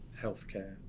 healthcare